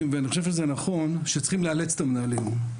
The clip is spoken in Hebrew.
ואני חושב שזה נכון שצריך לאלץ את המנהלים,